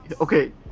okay